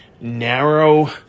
narrow